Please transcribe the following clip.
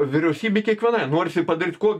vyriausybei kiekvienai norisi padaryt kuo